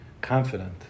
confident